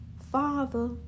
father